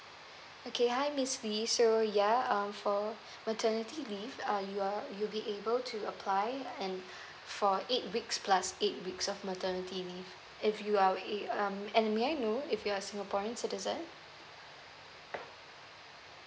okay hi miss lee so ya um for maternity leave ah you're you'll be able to apply and for eight weeks plus eight weeks of maternity leave if you are a um and may I know if you're singaporean citizen